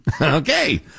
Okay